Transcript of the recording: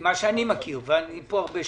כמו שאני מכיר, ואני נמצא פה הרבה שנים.